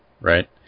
right